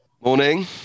Morning